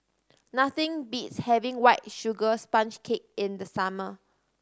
nothing beats having White Sugar Sponge Cake in the summer